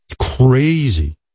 crazy